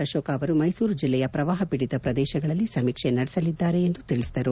ಅಶೋಕ್ ಮೈಸೂರು ಜಿಲ್ಲೆಯ ಪ್ರವಾಹ ಪೀಡಿತ ಪ್ರದೇಶಗಳಲ್ಲಿ ಸಮೀಕ್ಷೆ ನಡೆಸಲಿದ್ದಾರೆ ಎಂದು ತಿಳಿಸಿದರು